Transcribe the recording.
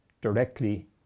directly